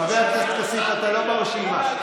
חבר הכנסת כסיף, אתה לא ברשימה.